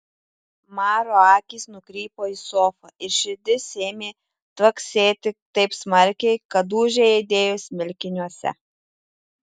maro akys nukrypo į sofą ir širdis ėmė tvaksėti taip smarkiai kad dūžiai aidėjo smilkiniuose